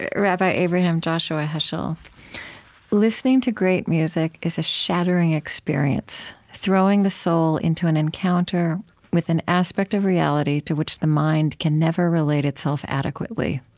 rabbi abraham joshua heschel listening to great music is a shattering experience, throwing the soul into an encounter with an aspect of reality to which the mind can never relate itself adequately.